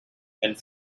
and